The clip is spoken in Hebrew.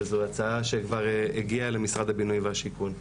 וזו הצעה שכבר הגיעה למשרד הבינוי והשיכון.